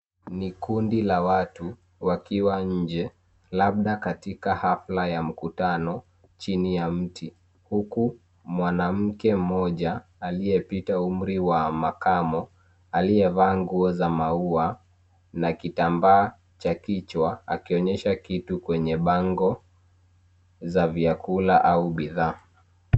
Ni kundi la watu, wakiwa nje, labda katika hafla ya mkutano, chini ya mti, huku mwanamke mmoja, aliyepita umri wa makamo, aliyevaa nguo za maua na kitambaa cha kichwa akionyesha kitu kwenye bango za vyakula au bidhaa.